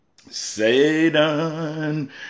Satan